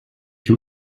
you